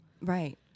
right